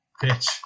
Pitch